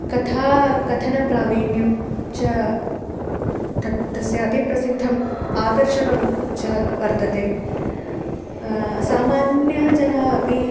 कथा कथनप्रावीण्यं च तत् तस्य अतिप्रसिद्धम् आकर्षकं च वर्तते सामान्यः जनः अपि